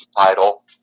title